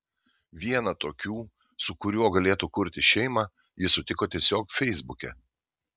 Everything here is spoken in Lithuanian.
vieną tokių su kuriuo galėtų kurti šeimą ji sutiko tiesiog feisbuke